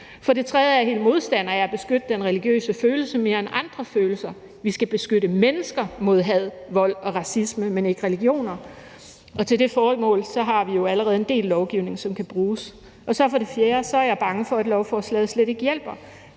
For det tredje er jeg stor modstander af, at man skal beskytte den religiøse følelse mere end andre følelser. Vi skal beskytte mennesker mod had, vold og racisme, men vi skal ikke beskytte religioner. Til det formål har vi jo allerede en del lovgivning, som kan bruges. For det fjerde er jeg bange for, at lovforslaget slet ikke hjælper.